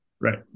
Right